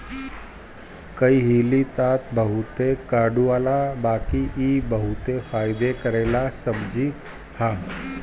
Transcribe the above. करइली तअ बहुते कड़ूआला बाकि इ बहुते फायदा करेवाला सब्जी हअ